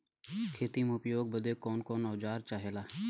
खेती में उपयोग बदे कौन कौन औजार चाहेला?